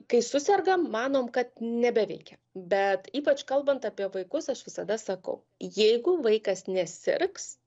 kai susergam manom kad nebeveikia bet ypač kalbant apie vaikus aš visada sakau jeigu vaikas nesirgs